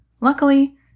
Luckily